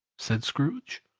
said scrooge.